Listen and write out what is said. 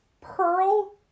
Pearl